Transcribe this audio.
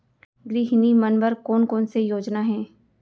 गृहिणी मन बर कोन कोन से योजना हे?